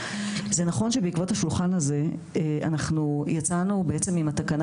זה נכון שבעקבות השולחן הזה אנחנו יצאנו בעצם עם התקנה